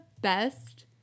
best